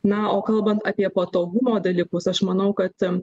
na o kalbant apie patogumo dalykus aš manau kad